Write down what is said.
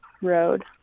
road